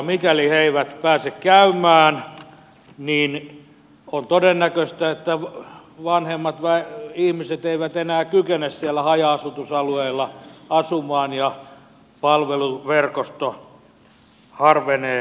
mikäli he eivät pääse käymään niin on todennäköistä että vanhemmat ihmiset eivät enää kykene siellä haja asutusalueilla asumaan ja palveluverkosto harvenee entisestään